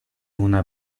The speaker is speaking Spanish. una